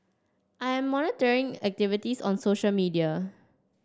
I am monitoring activities on social media